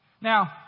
Now